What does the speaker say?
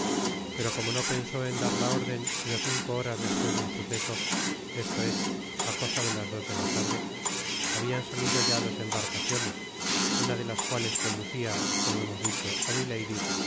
pero como no pensó en dar la órden sino cinco horas despues del suceso esto es á cosa de las dos de la tarde habian salido ya dos embarcaciones una de las cuales conducia como hemos dicho ámilady la